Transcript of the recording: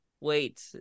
wait